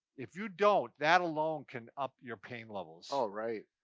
if you don't, that alone can up your pain levels. oh, right,